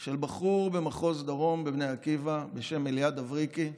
של בחור במחוז דרום בבני עקיבא בשם אליעד אברקי,